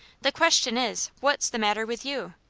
the question is, what's the matter with you?